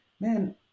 man